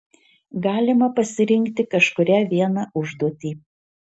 galima pasirinkti kažkurią vieną užduotį